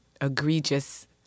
Egregious